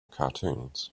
cartoons